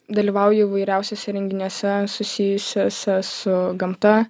dalyvauju įvairiausiuose renginiuose susijusiuose su gamta